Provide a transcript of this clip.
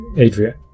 Adria